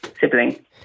sibling